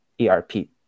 ERP